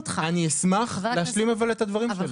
אני חייבת רגע לדייק אותך -- אני אשמח להשלים את הדברים שלי.